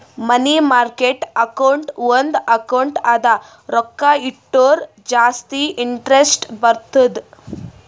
ಮನಿ market account ಒಂದ್ account ಅದ ರೊಕ್ಕಾ ಇಟ್ಟುರ ಜಾಸ್ತಿ ಇಂಟರೆಸ್ಟ್ ಬರ್ತುದ್